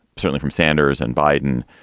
certainly from sanders and biden,